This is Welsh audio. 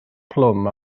plwm